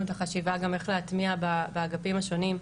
את החשיבה גם איך להטמיע באגפים השונים,